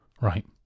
Right